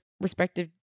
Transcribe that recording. respective